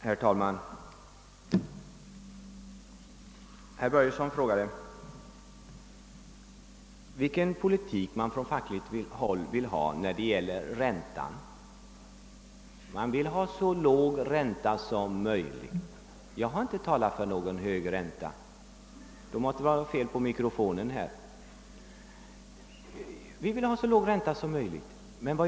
Herr talman! Herr Börjesson i Glömminge frågade vilken politik man från fackligt håll ville ha när det gäller räntan. Man vill ha så låg ränta som möjligt. Jag har inte talat för någon hög ränta. Om herr Börjesson uppfattat det så, måste det vara fel på mikrofonen.